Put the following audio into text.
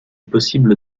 possible